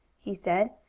he said.